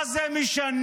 מה זה משנה